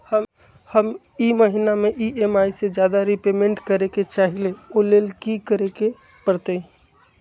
हम ई महिना में ई.एम.आई से ज्यादा रीपेमेंट करे के चाहईले ओ लेल की करे के परतई?